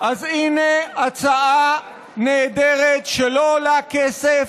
אז הינה הצעה נהדרת, שלא עולה כסף,